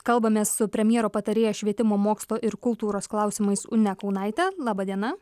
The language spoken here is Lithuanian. kalbamės su premjero patarėja švietimo mokslo ir kultūros klausimais une kaunaitė laba diena